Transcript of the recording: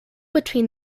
between